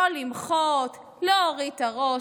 לא למחות, להוריד את הראש,